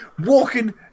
Walking